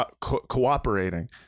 cooperating